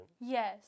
Yes